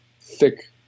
thick